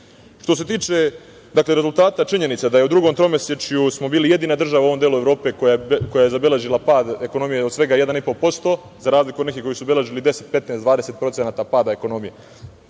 se tiče rezultata činjenica da smo u drugom tromesečju bili jedina država u ovom delu Evrope koja je zabeležila pad ekonomije od svega 1,5%, za razliku od nekih koji su obeležili 10, 15, 20% pada ekonomije. Dakle,